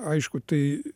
aišku tai